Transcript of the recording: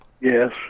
Yes